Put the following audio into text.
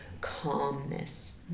calmness